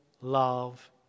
love